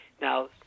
Now